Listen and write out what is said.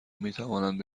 میتوانند